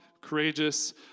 courageous